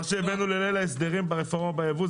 מה שהבאנו בליל ההסדרים ברפורמה ביבוא,